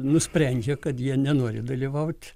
nusprendžia kad jie nenori dalyvaut